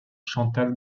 chantal